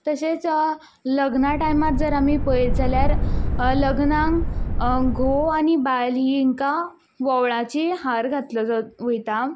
तशेंच लग्ना टायमार आमी पळयत जाल्यार लग्नाक घोव आनी बायल हेंका ओंवळाचो हार घातलो वयता